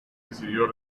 decidió